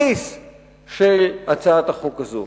הבסיס של הצעת החוק הזאת.